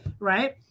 Right